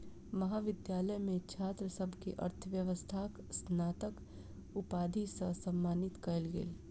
महाविद्यालय मे छात्र सभ के अर्थव्यवस्थाक स्नातक उपाधि सॅ सम्मानित कयल गेल